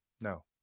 no